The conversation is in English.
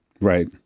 Right